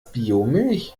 biomilch